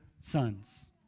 sons